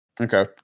Okay